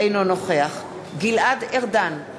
אינו נוכח גלעד ארדן,